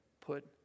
Put